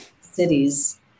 cities